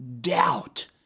doubt